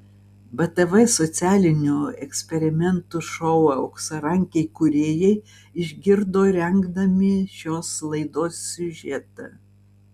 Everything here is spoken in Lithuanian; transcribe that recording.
btv socialinių eksperimentų šou auksarankiai kūrėjai išgirdo rengdami šios laidos siužetą